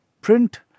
print